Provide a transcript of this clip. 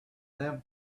them